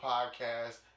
Podcast